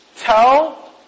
Tell